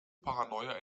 paranoia